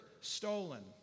stolen